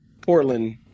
Portland